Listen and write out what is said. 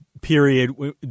period